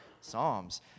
Psalms